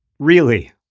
really.